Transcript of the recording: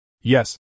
Yes